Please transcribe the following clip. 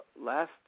last